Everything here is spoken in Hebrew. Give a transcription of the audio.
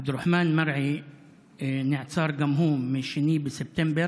עבד אל-רחמן מרעי נעצר גם הוא, ב-2 בספטמבר.